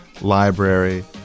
library